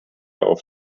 auf